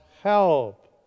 help